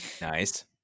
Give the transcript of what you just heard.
Nice